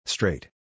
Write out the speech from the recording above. Straight